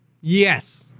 Yes